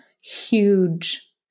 huge